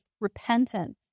repentance